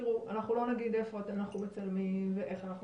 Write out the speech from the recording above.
אנחנו לא נגיד איפה אנחנו מצלמים ואיך אנחנו